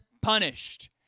punished